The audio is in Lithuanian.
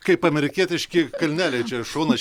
kaip amerikietiški kalneliai čia šonas